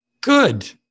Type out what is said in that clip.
Good